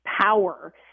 power